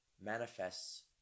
manifests